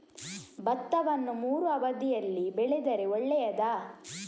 ಭತ್ತವನ್ನು ಮೂರೂ ಅವಧಿಯಲ್ಲಿ ಬೆಳೆದರೆ ಒಳ್ಳೆಯದಾ?